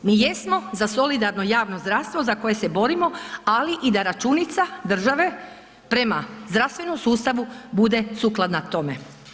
Mi jesmo za solidarno javno zdravstvo za koje se borimo, ali i da računica države prema zdravstvenom sustavu bude sukladna tome.